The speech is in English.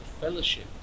Fellowship